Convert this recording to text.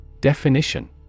Definition